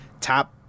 top